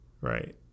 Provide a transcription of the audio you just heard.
right